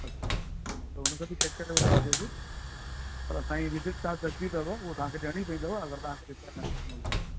अच्छा त हुनखे बि चैक करे पर असांजी विज़िट जाम सस्ती अथव उहो तव्हांखे ॾियणी पवंदुव अगरि तव्हांखे रिपेअर न कराइणो हुजे